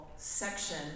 section